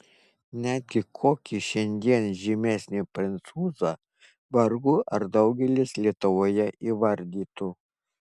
netgi kokį šiandien žymesnį prancūzą vargu ar daugelis lietuvoje įvardytų